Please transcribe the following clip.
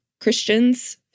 Christians